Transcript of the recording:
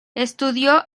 estudió